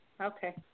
okay